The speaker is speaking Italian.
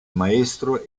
maestro